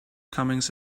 comings